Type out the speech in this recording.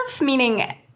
Meaning